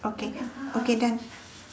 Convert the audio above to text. okay okay then